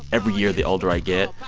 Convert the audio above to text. every year, the older i get,